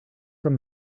from